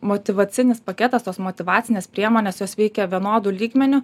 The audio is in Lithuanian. motyvacinis paketas tos motyvacinės priemonės jos veikia vienodu lygmeniu